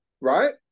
Right